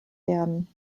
werden